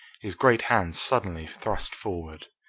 his great hands suddenly thrust forward.